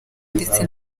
ndetse